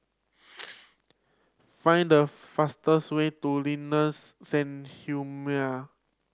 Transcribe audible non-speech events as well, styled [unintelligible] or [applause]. [noise] find the fastest way to [unintelligible] Sanhemiao